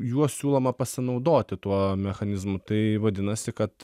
juo siūloma pasinaudoti tuo mechanizmu tai vadinasi kad